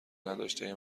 نداشته